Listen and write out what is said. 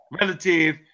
relative